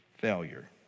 Failure